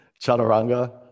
chaturanga